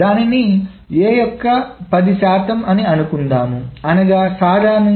దానిని A యొక్క 10 శాతం అని అనుకుందాము అనగా సాధారణంగా